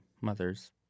mothers